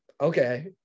Okay